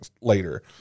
later